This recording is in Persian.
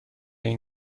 این